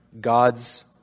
God's